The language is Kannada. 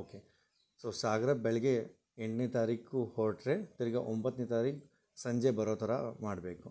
ಓಕೆ ಸೊ ಸಾಗರ ಬೆಳಗ್ಗೆ ಎಂಟನೇ ತಾರೀಕು ಹೊರಟ್ರೆ ತಿರ್ಗಾ ಒಂಬತ್ತನೇ ತಾರೀಕು ಸಂಜೆ ಬರೋ ಥರಾ ಮಾಡಬೇಕು